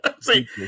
See